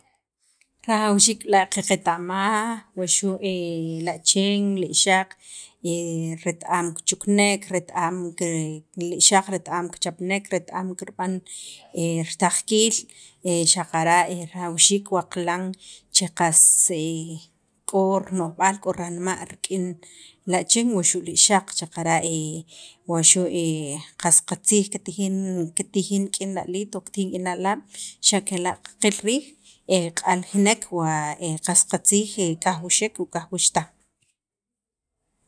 rajawxiik b'la' qaqeta'maj waxu' lachen li ixaq ret- am kichukunek ret- am li ixaq ret- am kichpanek ret- am kirb'an ritaqkiil xaqara' rajawxiik wa qilan che qas k'o rino'jb'aal, k'o ranma' rik'in li achen wuxu' li ixaq xaqara' wa xu' qas qatzij kitij rik'in li aliit o kitijin rik'in li alaab' xa kela' qil riij kiq'ljinek wa qas qatzij kajwixek o kajwixtaj